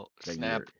Snap